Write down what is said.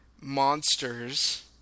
monsters